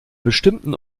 bestimmten